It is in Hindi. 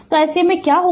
तो ऐसे में क्या होगा